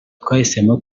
twahisemo